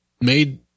made